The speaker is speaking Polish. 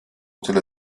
tyle